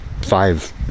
five